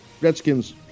Redskins